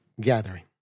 gathering